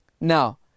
Now